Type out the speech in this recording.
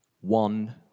one